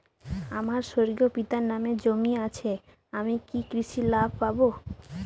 আমার স্বর্গীয় পিতার নামে জমি আছে আমি কি কৃষি লোন পাব?